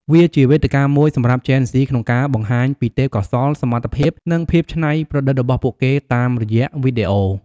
វាជាវេទិកាមួយសម្រាប់ជេនហ្ស៊ីក្នុងការបង្ហាញពីទេពកោសល្យ សមត្ថភាព និងភាពច្នៃប្រឌិតរបស់ពួកគេតាមរយៈវីដេអូ។